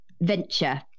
venture